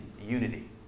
unity